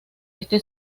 ese